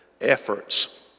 efforts